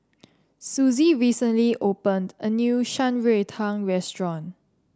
Susie recently opened a new Shan Rui Tang Restaurant